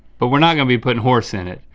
but we're not gonna be putting horse in it.